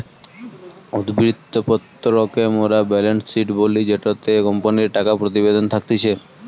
উদ্ধৃত্ত পত্র কে মোরা বেলেন্স শিট বলি জেটোতে কোম্পানির টাকা প্রতিবেদন থাকতিছে